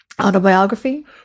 Autobiography